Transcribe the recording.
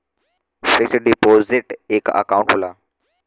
fix deposit एक account होला